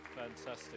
Fantastic